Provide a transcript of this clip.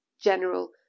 general